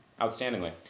outstandingly